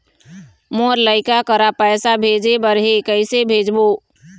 मोर लइका करा पैसा भेजें बर हे, कइसे भेजबो?